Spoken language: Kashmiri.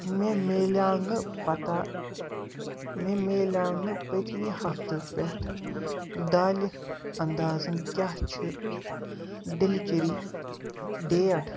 مےٚ میلیو نہٕ پتہ مےٚ میلیو نہٕ پٔتمہِ ہفتہٕ پٮ۪ٹھ دالہِ انٛدازَن کیٛاہ چھِ ڈیٚلِچری ڈیٹ